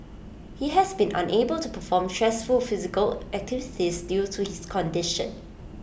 he has been unable to perform stressful physical activities due to his condition